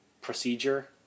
procedure